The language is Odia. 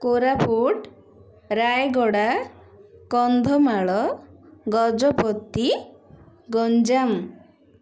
କୋରାପୁଟ ରାୟଗଡ଼ା କନ୍ଧମାଳ ଗଜପତି ଗଞ୍ଜାମ